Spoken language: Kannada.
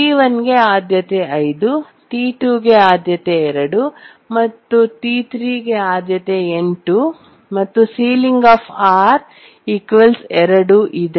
T1 ಗೆ ಆದ್ಯತೆ 5 T2 ಗೆ ಆದ್ಯತೆ 2 ಮತ್ತು T3 ಗೆ ಆದ್ಯತೆ 8 ಮತ್ತು ಸೀಲಿಂಗ್ 2 ಇದೆ